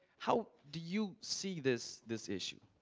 how do you see this this issue?